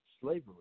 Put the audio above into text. slavery